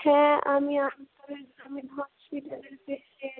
হ্যাঁ আমি আমতলা গ্রামীণ হসপিটালের পেসেন্ট